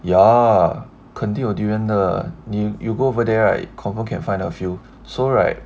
ya 肯定有 durian 的你 you go over there right confirm can find a few so right